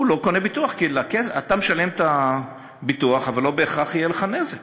הוא לא קונה ביטוח כי אתה משלם את הביטוח אבל לא בהכרח יהיה לך נזק.